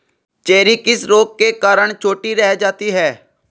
Cherry किस रोग के कारण छोटी रह जाती है?